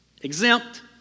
exempt